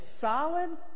solid